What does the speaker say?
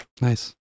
Nice